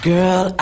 Girl